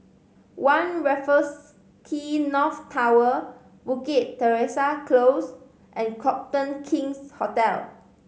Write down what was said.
One Raffles Quay North Tower Bukit Teresa Close and Copthorne King's Hotel